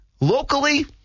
Locally